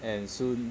and soon